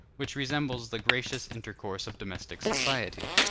which resembles the gracious intercourse of domestic society.